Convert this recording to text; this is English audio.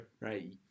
Right